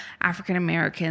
African-Americans